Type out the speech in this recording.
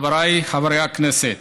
חבריי חברי הכנסת,